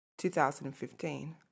2015